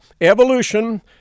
evolution